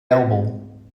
elbow